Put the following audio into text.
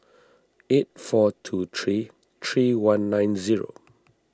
eight four two three three one nine zero